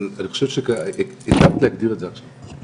אבל אני חושב שדייקת להגדיר את זה עכשיו,